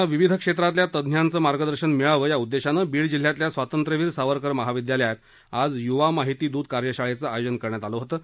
विद्यार्थ्यांना विविध क्षेत्रातल्या तज्ञांचं मार्गदर्शन मिळावं या उद्देशान बीड जिल्ह्यातल्या स्वातंत्र्यवीर सावरकर महाविद्यालयात आज युवा माहिती दूत कार्यशाळेचं आयोजन करण्यात आलं होतं